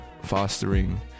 fostering